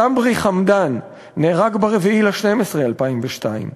סברי חמדאן נהרג ב-4 בדצמבר 2002,